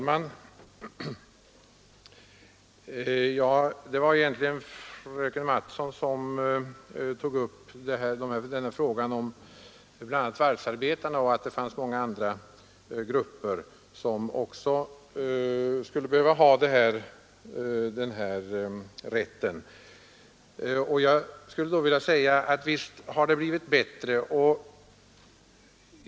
Herr talman! Fröken Mattson tog upp frågan om bl.a. varvsarbetarna och menade att det fanns många andra grupper som också skulle behöva ha rätt till ersättning. Visst har det blivit bättre på det här området.